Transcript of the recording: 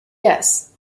yes